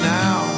now